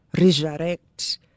resurrect